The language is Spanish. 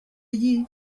allí